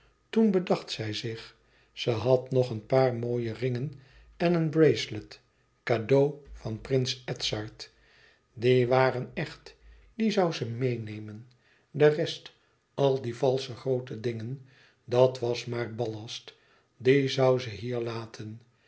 toen bedacht zij zich ze had nog een paar mooie ringen en een bracelet cadeaux van prins edzard die waren echt die zoû ze meênemen de rest al die valsche groote dingen dat was maar ballast die zoû ze hier laten